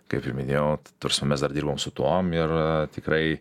kaip ir minėjau ta prasme mes dar dirbam su tuom ir tikrai